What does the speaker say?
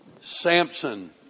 Samson